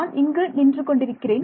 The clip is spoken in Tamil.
நான் இங்கு நின்று கொண்டிருக்கிறேன்